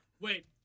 Wait